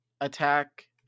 attack